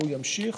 שתמשיך,